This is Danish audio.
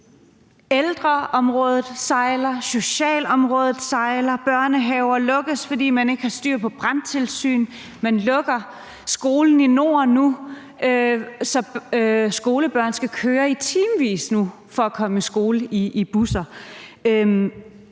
Ældreområdet sejler, socialområde sejler, børnehaver lukkes, fordi man ikke har styr på brandtilsyn. Man lukker Nordskolen, så skolebørn skal køre i timevis i busser for at komme i skole nu.